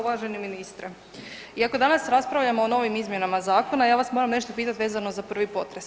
Uvaženi ministre, iako danas raspravljamo o novim izmjenama zakona ja vas moram nešto pitat vezano za prvi potres.